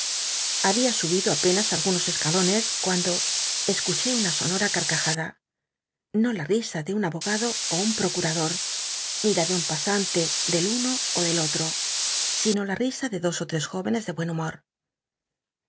llabia subido apenas algunos escalones cuando escuché una sonora carcajada no la risa de un abogado ó un ptocttradot ni la de un pasante del biblioteca nacional de españa david copperfield uno ó el otro sino la tisa de dos ó tes jó enes de buen humor